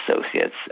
associates